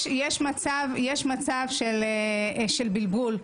יש מצב של בלבול.